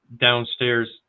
downstairs